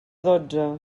dotze